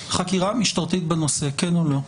חקירה משפטית בנושא, כן או לא?